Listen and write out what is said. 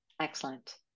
Excellent